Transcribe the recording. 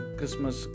Christmas